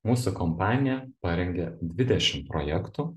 mūsų kompanija parengė dvidešim projektų